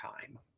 time